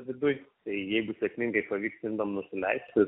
viduj tai jeigu sėkmingai pavyks indam nusileisti